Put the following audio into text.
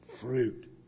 fruit